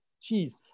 cheese